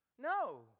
No